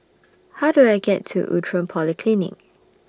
How Do I get to Outram Polyclinic